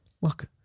look